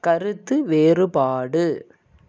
கருத்து வேறுபாடு